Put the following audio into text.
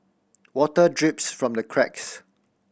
water drips from the cracks